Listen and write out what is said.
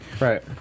Right